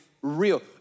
Real